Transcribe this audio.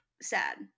sad